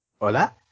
Hola